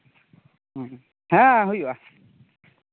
ᱦᱩᱸ ᱦᱮᱸ ᱦᱩᱭᱩᱜᱼᱟ